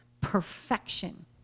perfection